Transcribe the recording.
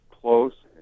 close